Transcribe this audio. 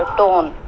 tone